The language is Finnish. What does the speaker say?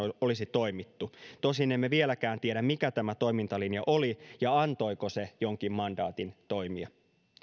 olisi toimittu tosin emme vieläkään tiedä mikä tämä toimintalinja oli ja antoiko se jonkin mandaatin toimia